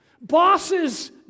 Bosses